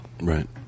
Right